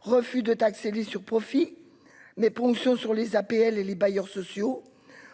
refus de taxer les surprofits mais ponction sur les APL et les bailleurs sociaux